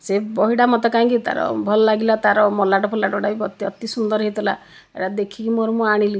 ସେ ବହିଟା ମୋତେ କାଇଁକି ତାର ଭଲ ଲାଗିଲା ତାର ମଲାଟ ଫଲାଟ ଗୁଡ଼ାକ ବି ଅତି ଅତି ସୁନ୍ଦର ହୋଇଥିଲା ଏଗୁଡ଼ା ଦେଖିକି ମୋର ମୁଁ ଆଣିଲି